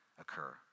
occur